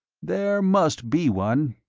there must be one,